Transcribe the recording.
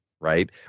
right